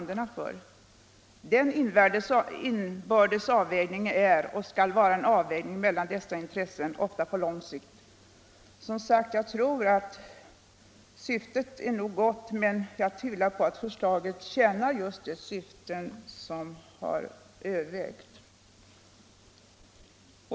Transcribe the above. Detta kräver uppenbarligen att forskningens resultat kan komma i praktisk tillämpning så snart som möjligt och vidare att information och rådgivning blir effektiv.